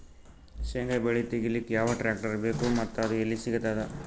ಶೇಂಗಾ ಬೆಳೆ ತೆಗಿಲಿಕ್ ಯಾವ ಟ್ಟ್ರ್ಯಾಕ್ಟರ್ ಬೇಕು ಮತ್ತ ಅದು ಎಲ್ಲಿ ಸಿಗತದ?